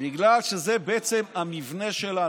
בגלל שזה בעצם המבנה שלנו.